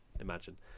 imagine